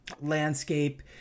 landscape